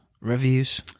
reviews